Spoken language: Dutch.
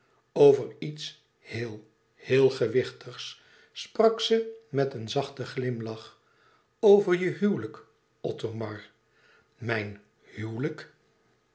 over iets heel heel gewichtigs sprak ze met een zachten glimlach over je huwelijk othomar mijn huwelijk